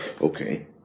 okay